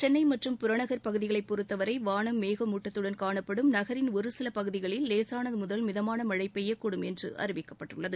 சென்னை மற்றும் புறநகர் பகுதிகளை பொருத்தவரை வானம் மேகமூட்டத்துடன் காணப்படும் நகரின் ஒரு சில பகுதிகளில் லேசானது முதல் மிதமான மழை பெய்யக்கூடும் என்று அறிவிக்கப்பட்டுள்ளது